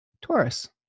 Taurus